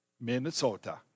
Minnesota